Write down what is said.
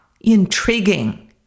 intriguing